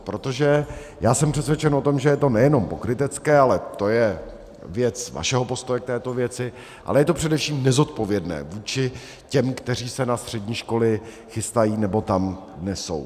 Protože já jsem přesvědčen o tom, že je to nejen pokrytecké, ale to je věc vašeho postoje k této věci, ale je to především nezodpovědné vůči těm, kteří se na střední školy chystají nebo tam dnes jsou.